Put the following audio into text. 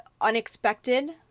unexpected